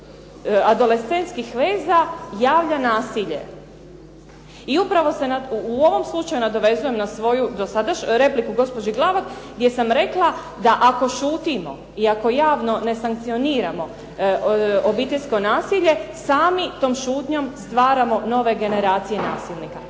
adolescentskih veza javlja nasilje. I upravo se u ovom slučaju nadovezujem na repliku gospođi Glavak gdje sam rekla da ako šutimo i ako javno ne sankcioniramo obiteljsko nasilje sami tom šutnjom stvaramo nove generacije nasilnika.